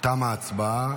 תמה ההצבעה.